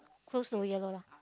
close to yellow lah